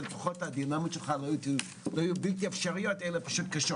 שלפחות הדינמיות שלך לא תהיה בלתי אפשרית אלא קשה.